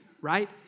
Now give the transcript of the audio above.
right